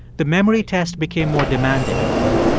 the memory test became more demanding next one